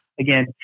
Again